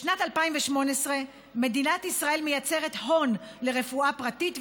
בשנת 2018 מדינת ישראל מייצרת הון לרפואה פרטית,